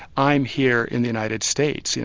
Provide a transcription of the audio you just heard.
i'm here in the united states, yeah